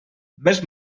més